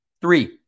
Three